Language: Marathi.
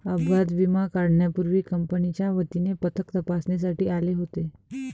अपघात विमा काढण्यापूर्वी कंपनीच्या वतीने पथक तपासणीसाठी आले होते